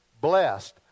blessed